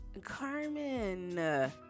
Carmen